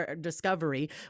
discovery